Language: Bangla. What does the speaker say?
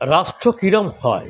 রাষ্ট্র কীরম হয়